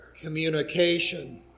communication